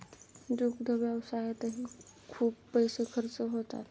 दुग्ध व्यवसायातही खूप पैसे खर्च होतात